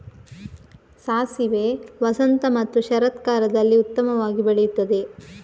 ಸಾಸಿವೆ ವಸಂತ ಮತ್ತು ಶರತ್ಕಾಲದಲ್ಲಿ ಉತ್ತಮವಾಗಿ ಬೆಳೆಯುತ್ತದೆ